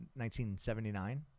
1979